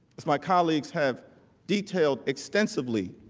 is my colleagues have detailed extensively,